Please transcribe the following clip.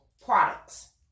products